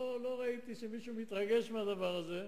לא ראיתי שמישהו מתרגש מהדבר הזה,